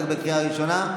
אתה בקריאה ראשונה.